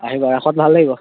আহিবা ৰাসত ভাল লাগিব